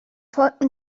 folgten